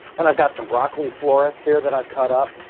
then i've got some broccoli florets here that i've cut up.